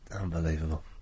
Unbelievable